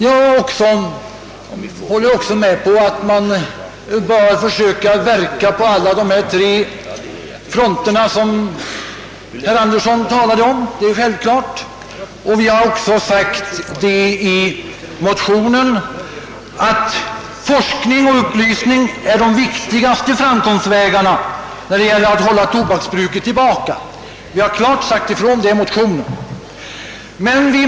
Jag håller också med om att man bör försöka verka på samtliga de tre fronter som herr Anderson i Sundsvall talade om — det är självklart. Vi har även i motionen klart sagt ifrån att forskning och upplysning är de viktigaste framkomstvägarna när det gäller att hålla tillbaka tobaksbruket.